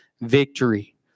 victory